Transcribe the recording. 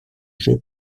jeu